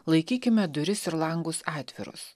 laikykime duris ir langus atvirus